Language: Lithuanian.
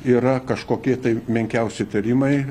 yra kažkokie tai menkiausi įtarimai